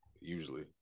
usually